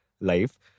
life